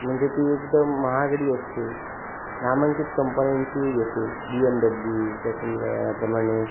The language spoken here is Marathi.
म्हणजे ती एकदम महागडी असते नामांकित कंपण्यांची येते बी एम डब्ल्यू त्याच प्रमाणे